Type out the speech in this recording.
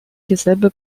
dieselbe